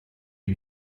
die